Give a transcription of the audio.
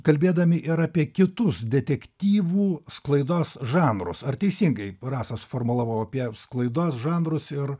kalbėdami ir apie kitus detektyvų sklaidos žanrus ar teisingai rasa formulavau apie sklaidos žanrus ir